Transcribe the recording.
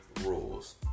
Rules